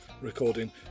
recording